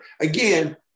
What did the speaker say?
Again